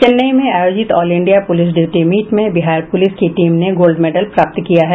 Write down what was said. चेन्नई में आयोजित all India police duty meet में बिहार पुलिस की टीम ने गोल्ड मेडल प्राप्त किया है